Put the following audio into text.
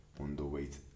underweight